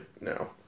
no